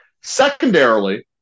Secondarily